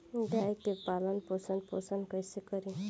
गाय के पालन पोषण पोषण कैसे करी?